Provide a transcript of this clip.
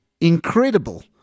incredible